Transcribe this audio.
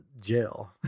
jail